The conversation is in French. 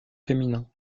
féminin